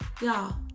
Y'all